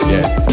Yes